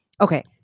okay